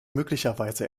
möglicherweise